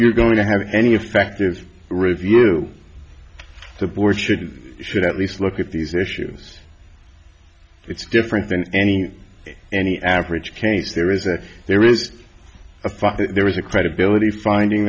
you're going to have any effective review the board should should at least look at these issues it's different than any any average case there is that there is a far there is a credibility finding